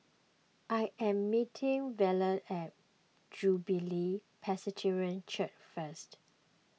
I am meeting Verlie at Jubilee Presbyterian Church first